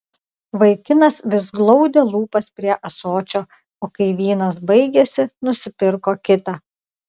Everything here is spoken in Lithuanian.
vaikinas vis glaudė lūpas prie ąsočio o kai vynas baigėsi nusipirko kitą